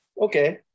Okay